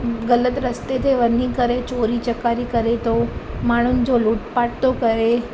ग़लति रस्ते ते वञी करे चोरी चकारी करे थो माण्हुनि जो लूटपाट थो करे